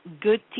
good